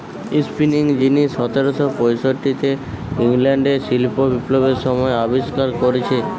spinning যিনি সতেরশ পয়ষট্টিতে ইংল্যান্ডে শিল্প বিপ্লবের সময় আবিষ্কার কোরেছে